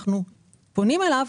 אנחנו פונים אליו,